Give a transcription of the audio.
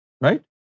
right